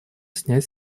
снять